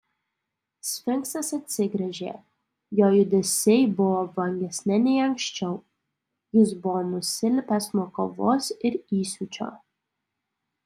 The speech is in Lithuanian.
sfinksas atsigręžė jo judesiai buvo vangesni nei anksčiau jis buvo nusilpęs nuo kovos ir įsiūčio